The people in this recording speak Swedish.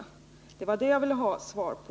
Det var den fråga jag ville ha svar på.